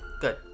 Good